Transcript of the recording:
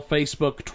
Facebook